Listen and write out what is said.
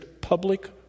public